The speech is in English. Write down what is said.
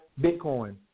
Bitcoin